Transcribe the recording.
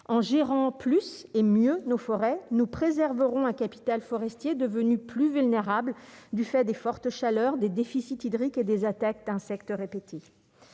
en gérant plus et mieux nos forêts nous préserverons un capital forestier devenu plus vulnérable du fait des fortes chaleurs des déficits hydriques et des attaques d'insectes répéter